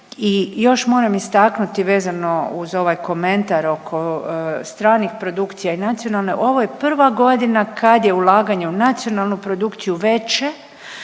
I još moram istaknuti vezano uz ovaj komentar oko stranih produkcija i nacionalne, ovo je prva godina kad je ulaganje u nacionalnu produkciju veće